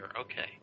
Okay